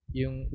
yung